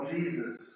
Jesus